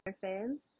fans